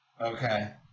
Okay